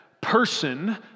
person